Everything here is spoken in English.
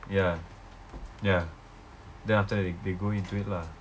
ya ya then after that they they go into it lah